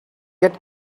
get